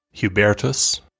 Hubertus